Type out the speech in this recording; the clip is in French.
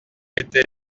été